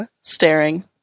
Staring